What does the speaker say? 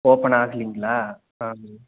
open ஆகலைங்களா ஆ